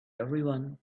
everyone